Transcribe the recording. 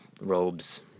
robes